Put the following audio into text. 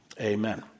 Amen